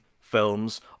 films